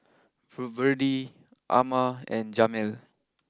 Amma and Jamel